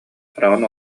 хараҕын